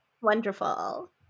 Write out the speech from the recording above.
Wonderful